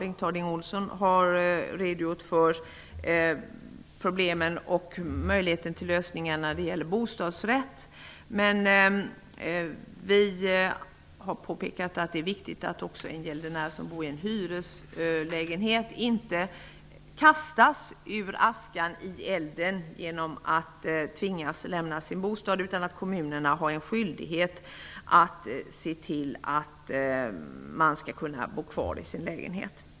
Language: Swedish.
Bengt Harding Olson har redogjort för problemen och möjligheter till lösningar när det gäller bostadsrätt. Men det är viktigt att också en gäldenär som bor i en hyreslägenhet inte kastas ur askan i elden genom att tvingas att lämna sin bostad. Kommunerna skall ha en skyldighet att se till att man skall kunna bo kvar i sin lägenhet.